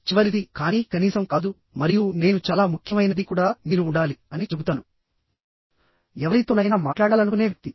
చివరిది కానీ కనీసం కాదు మరియు నేను చాలా ముఖ్యమైనది కూడా మీరు ఉండాలి అని చెబుతాను ఎవరితోనైనా మాట్లాడాలనుకునే వ్యక్తి